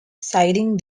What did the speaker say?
citing